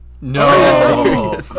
No